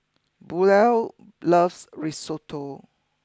Buell loves Risotto